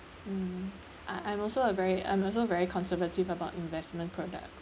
mm I I'm also a very I'm also very conservative about investment product